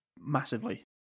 massively